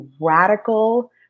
radical